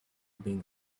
being